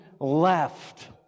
Left